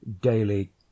daily